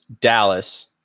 Dallas